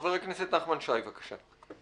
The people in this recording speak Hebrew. חבר הכנסת נחמן שי, בבקשה.